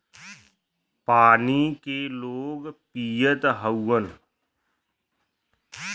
पानी के लोग पियत हउवन